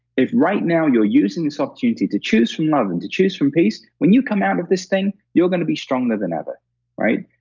if right now you're using this opportunity to choose from love and to choose from peace, when you come out of this thing, you're going to be stronger than ever right?